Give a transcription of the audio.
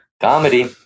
Comedy